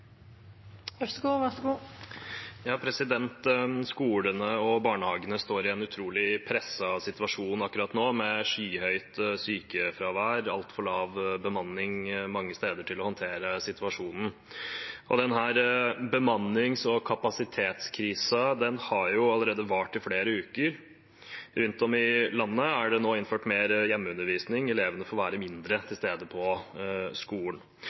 Skolene og barnehagene står i en utrolig presset situasjon akkurat nå, med skyhøyt sykefravær og altfor lav bemanning mange steder til å håndtere situasjonen, og denne bemannings- og kapasitetskrisen har jo allerede vart i flere uker. Rundt om i landet er det nå innført mer hjemmeundervisning, og elevene får være mindre til stede på skolen.